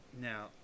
now